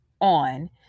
on